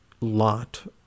lot